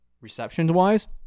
receptions-wise